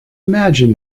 imagine